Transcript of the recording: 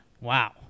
wow